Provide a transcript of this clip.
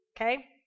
okay